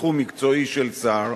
בתחום מקצועי של שר,